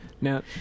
Now